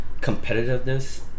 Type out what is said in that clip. competitiveness